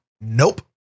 Nope